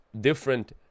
different